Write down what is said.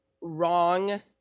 wrong